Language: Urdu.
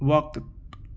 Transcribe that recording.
وقت